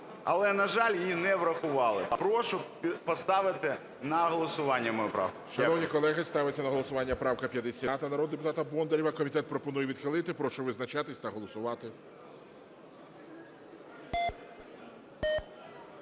Але, на жаль, її не врахували. Прошу поставити на голосування мою правку.